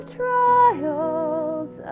trials